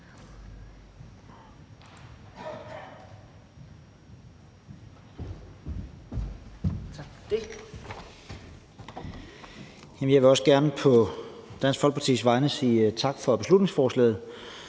Jeg vil også gerne på Dansk Folkepartis vegne sige tak for beslutningsforslaget,